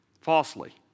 falsely